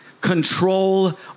control